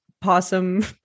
possum